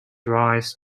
rise